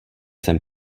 sem